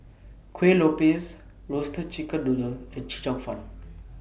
Kueh Lopes Roasted Chicken Noodle and Chee Cheong Fun